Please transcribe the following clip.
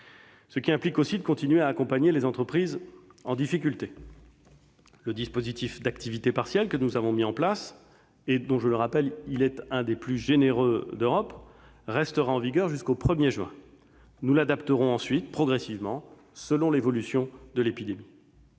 ce qui implique aussi de continuer à accompagner les entreprises en difficulté. Le dispositif d'activité partielle, que nous avons mis en place, et qui est l'un des plus généreux d'Europe, restera en vigueur jusqu'au 1 juin. Nous l'adapterons ensuite progressivement selon l'évolution de l'épidémie.